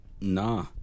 nah